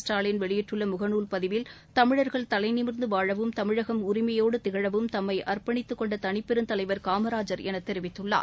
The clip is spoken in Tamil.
ஸ்டாலின் வெளியிட்டுள்ளமுகநூல் பதிவில் தமிழர்கள் தலைநிமிர்ந்துவாழவும் தமிழகம் உரிமையோடுதிகழவும் தம்ம அர்ப்பனித்துக்கொண்டதனிப்பெருந்தலைவர் னமராஜர் எனதெரிவித்துள்ளார்